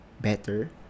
better